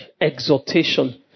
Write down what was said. exhortation